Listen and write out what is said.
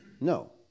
No